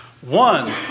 One